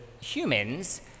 humans